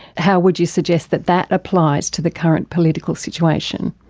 how would you suggest that that applies to the current political situation?